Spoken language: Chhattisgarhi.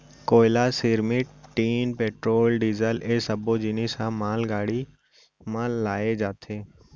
कोयला, सिरमिट, टीन, पेट्रोल, डीजल ए सब्बो जिनिस ह मालगाड़ी म लाए जाथे